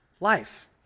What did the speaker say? life